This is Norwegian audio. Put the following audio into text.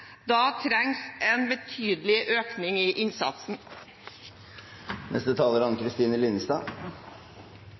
Da trengs en betydelig økning i innsatsen.